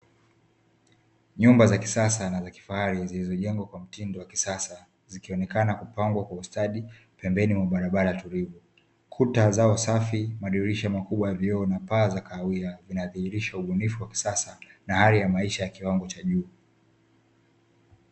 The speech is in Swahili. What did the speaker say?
Nyumba za kisasa na zakifaari zilizojengwa kwa mfumo wa kisasa zilizopangwa kwa ustadi pembeni ya barabara tulivu kuta zao safi madirisha makubwa inadhirisha hali ya maisha ya kiwango cha juu